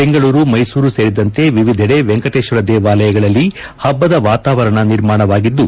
ಬೆಂಗಳೂರು ಮೈಸೂರು ಸೇರಿದಂತೆ ವಿವಿಧಡೆ ವೆಂಕಟೇಶ್ವರ ದೇವಾಲಯಗಳಲ್ಲಿ ಹಬ್ಲದ ವಾತಾವರಣ ನಿರ್ಮಾಣವಾಗಿದ್ದು